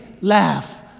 laugh